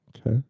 Okay